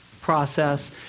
process